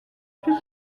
plus